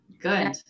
Good